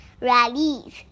rallies